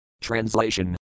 Translation